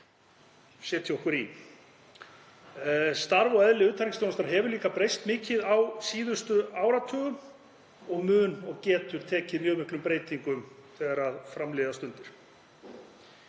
setja okkur í. Starf og eðli utanríkisþjónustunnar hefur líka breyst mikið á síðustu áratugum og mun taka mjög miklum breytingum þegar fram líða stundir.